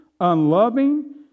unloving